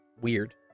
weird